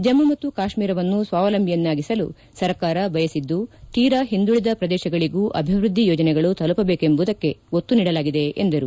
ಜಮ್ನು ಮತ್ತು ಕಾಶ್ಲೀರವನ್ನು ಸ್ವಾವಲಂಬಿಯನ್ನಾಗಿಸಲು ಸರ್ಕಾರ ಬಯಸಿದ್ದು ತೀರಾ ಹಿಂದುಳಿದ ಪ್ರದೇಶಗಳಗೂ ಅಭಿವೃದ್ದಿ ಯೋಜನೆಗಳು ತಲುಪಬೇಕೆಂಬುದಕ್ಕೆ ಒತ್ತು ನೀಡಲಾಗಿದೆ ಎಂದರು